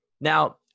Now